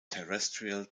terrestrial